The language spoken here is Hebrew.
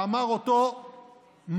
שאמר אותו מנכ"ל